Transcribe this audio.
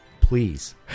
Please